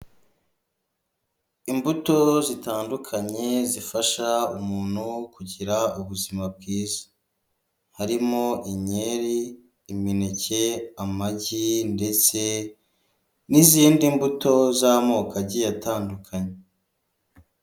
Imbuto zitandukanye zifasha umuntu kugira ubuzima bwiza; harimo inkeri, imineke, amagi ndetse n'izindi mbuto z'amoko agiye atandukanye.